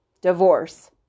Divorce